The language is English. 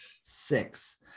Six